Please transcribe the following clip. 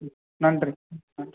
ம் நன்றி ம் நன்றி